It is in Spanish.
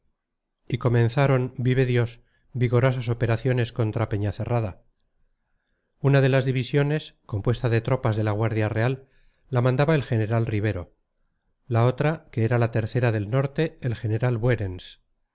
y comenzaron vive dios vigorosas operaciones contra peñacerrada una de las divisiones compuesta de tropas de la guardia real la mandaba el general ribero la otra que era la tercera del norte el general